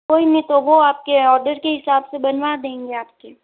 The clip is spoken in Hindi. कोई नहीं तो वो आप के आर्डर के हिसाब से बनवा देंगे आप के